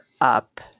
up